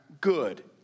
good